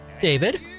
David